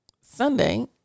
Sunday